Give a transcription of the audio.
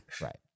Right